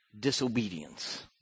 disobedience